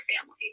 family